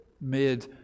made